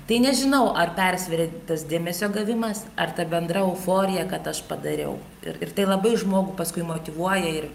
tai nežinau ar persveria tas dėmesio gavimas ar ta bendra euforija kad aš padariau ir tai labai žmogų paskui motyvuoja ir